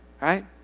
right